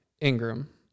Ingram